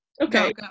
Okay